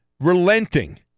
Relenting